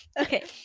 Okay